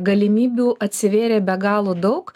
galimybių atsivėrė be galo daug